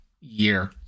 year